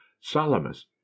Salamis